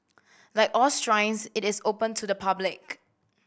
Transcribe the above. like all shrines it is open to the public